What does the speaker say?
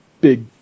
big